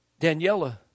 Daniela